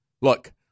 Look